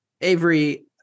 Avery